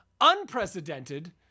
unprecedented